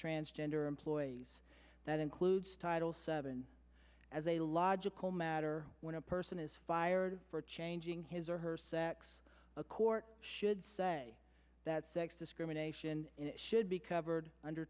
transgender employees that includes title seven as a logical matter when a person is fired for changing his or her sex a court should say that sex discrimination should be covered under